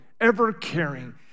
ever-caring